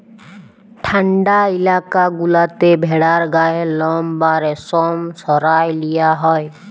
ঠাল্ডা ইলাকা গুলাতে ভেড়ার গায়ের লম বা রেশম সরাঁয় লিয়া হ্যয়